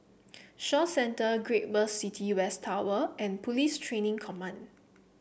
Shaw Centre Great World City West Tower and Police Training Command